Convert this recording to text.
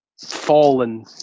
fallen